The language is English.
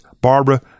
Barbara